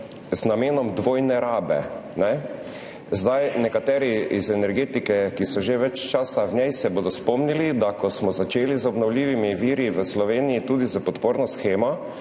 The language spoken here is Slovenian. z namenom dvojne rabe. Nekateri iz energetike, ki so v njej že dlje časa, se bodo spomnili, ko smo začeli z obnovljivimi viri v Sloveniji, tudi s podporno shemo,